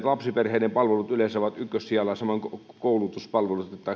lapsiperheiden palvelut ovat ykkössijalla ja samoin koulutuspalvelut